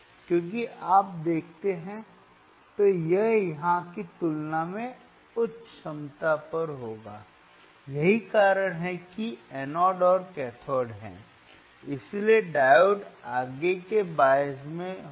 क्योंकि आप देखते हैं तो यह यहां की तुलना में उच्च क्षमता पर होगा यही कारण है कि एनोड और कैथोड है इसलिए डायोड आगे के बायस में होगा